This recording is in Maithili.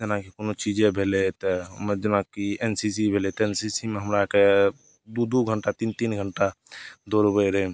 जेनाकि कोनो चीजे भेलै तऽ जेनाकि एन सी सी भेलै तऽ एन सी सी मे हमरा आओरके दुइ दुइ घण्टा तीन तीन घण्टा दौड़बै रहै